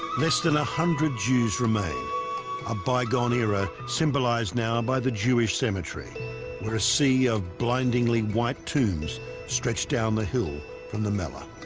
less than a hundred jews remain a bygone era symbolized now by the jewish cemetery where a sea of blindingly white tombs stretched down the hill from the mellah